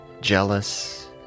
jealous